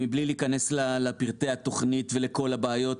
מבלי להיכנס לפרטי התוכנית ולכל הבעיות,